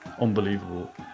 unbelievable